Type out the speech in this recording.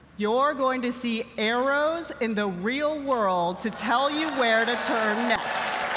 you're going to see arrows in the real world to tell you where to turn next.